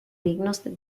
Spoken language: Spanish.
dignos